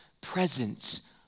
presence